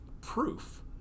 proof